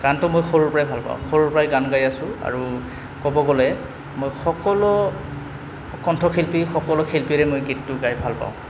গানটো মই সৰুৰ পৰাই ভাল পাওঁ সৰুৰ পৰাই গান গাই আছোঁ আৰু ক'ব গ'লে মই সকলো কণ্ঠশিল্পী সকলো শিল্পীৰে মই গীতটো গাই ভাল পাওঁ